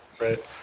right